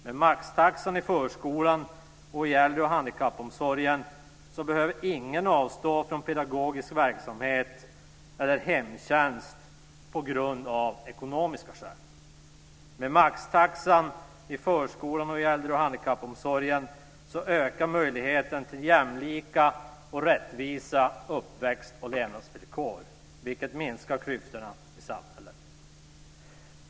Med maxtaxan i förskolan och i äldre och handikappomsorgen behöver ingen avstå från pedagogisk verksamhet eller hemtjänst på grund av ekonomiska skäl. Med maxtaxan i förskolan och i äldre och handikappomsorgen ökar möjligheten till jämlika och rättvisa uppväxt och levnadsvillkor vilket minskar klyftorna i samhället.